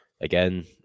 again